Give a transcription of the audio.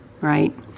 right